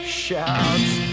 shouts